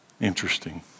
Interesting